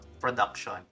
production